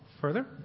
further